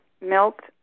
milked